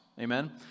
amen